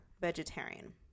vegetarian